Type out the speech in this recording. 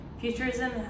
Futurism